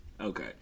Okay